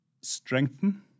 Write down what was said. strengthen